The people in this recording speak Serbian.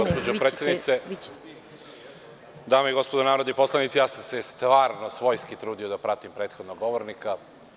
Gospođo predsednice, dame i gospodo narodni poslanici, stvarno sam se svojski trudio da pratim prethodnog govornika.